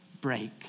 break